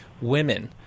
women